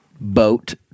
boat